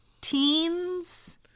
Teens